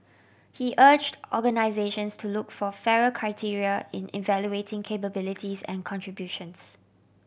he urged organisations to look for fairer criteria in evaluating capabilities and contributions